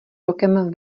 rokem